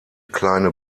kleine